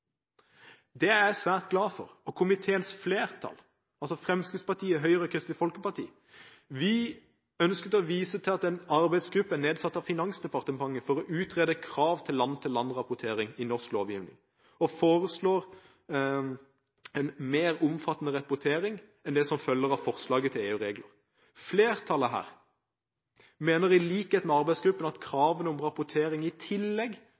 Det er jeg svært glad for, og komiteens flertall, altså Fremskrittspartiet, Høyre og Kristelig Folkeparti, ønsket å vise til at en arbeidsgruppe nedsatt av Finansdepartementet for å utrede krav til land-for-land-rapportering i norsk lovgivning, foreslår en mer omfattende rapportering enn det som følger av forslaget til EU-regler. Flertallet her mener, i likhet med arbeidsgruppen, at kravene om rapportering i tillegg